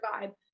vibe